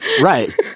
Right